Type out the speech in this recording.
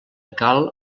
cal